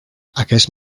aquest